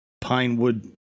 Pinewood